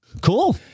Cool